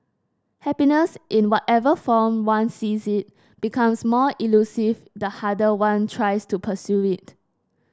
happiness in whatever form one sees it becomes more elusive the harder one tries to pursue it